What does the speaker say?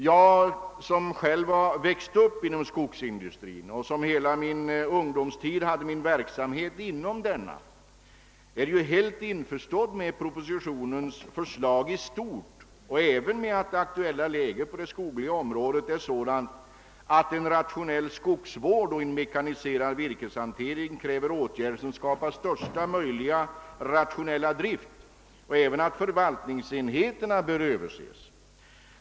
Jag som själv har växt upp inom skogsindustrin och som under hela min ungdomstid hade min verksamhet inom denna är helt med på propositionens förslag i stort och är även på det klara med att det aktuellt: läget på det skogliga området kräver en rationellare skogsvård och mekaniserad virkeshan tering som skapar rationellast möjliga drift. Jag är även på det klara med att förvaltningsenheterna bör överses.